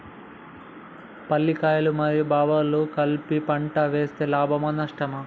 పల్లికాయలు మరియు బబ్బర్లు కలిపి పంట వేస్తే లాభమా? నష్టమా?